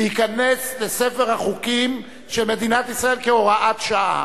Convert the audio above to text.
והחוק ייכנס לספר החוקים של מדינת ישראל כהוראת שעה.